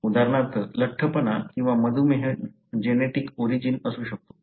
उदाहरणार्थ लठ्ठपणा किंवा मधुमेह जेनेटिक ओरिजिन असू शकतो